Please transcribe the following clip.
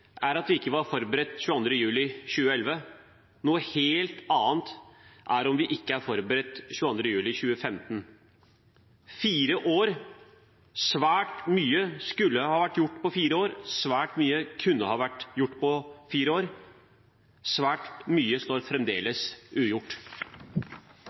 er at vi ikke var forberedt 22. juli 2011. Noe helt annet er det om vi ikke er forberedt 22. juli 2015. Fire år – svært mye skulle vært gjort på fire år, svært mye kunne vært gjort på fire år, og svært mye står fremdeles ugjort.